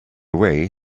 way